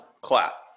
clap